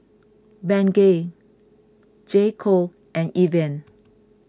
Bengay J Co and Evian